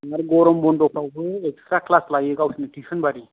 आमफ्राय गरम बन्द फ्रावबो इकसट्रा क्लास लायो गावसिनो टिउसन बायदि